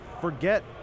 forget